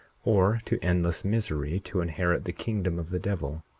or to endless misery to inherit the kingdom of the devil,